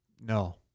No